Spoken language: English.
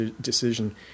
decision